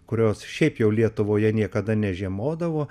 kurios šiaip jau lietuvoje niekada nežiemodavo